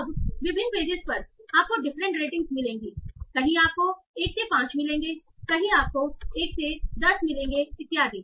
अब विभिन्न पेजेस पर आपको डिफरेंट रेटिंग्स मिलेंगी कहीं आपको 1 से 5 मिलेंगे कहीं आपको 1 से 10 मिलेंगे इत्यादि